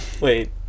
Wait